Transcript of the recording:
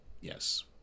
Yes